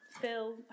Phil